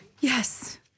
Yes